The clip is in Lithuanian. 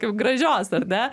kaip gražios ar ne